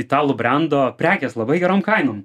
italų brando prekės labai gerom kainom